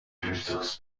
düsteres